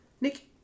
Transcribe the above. Nick